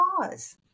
pause